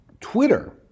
Twitter